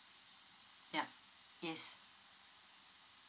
yeah yes